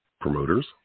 promoters